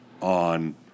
on